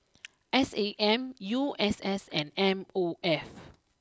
S A M U S S and M O F